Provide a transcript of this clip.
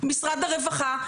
משרד הרווחה,